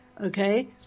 okay